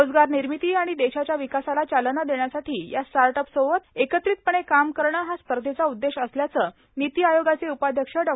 रोजगार र्नामती आर्मण देशाच्या र्वकासाला चालना देण्यासाठी या स्टाटअप्सबरोबर एकत्रितपणे काम करणं हा स्पधचा उद्देश असल्याचं निती आयोगाचे उपाध्यक्ष डॉ